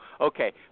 Okay